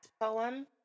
poem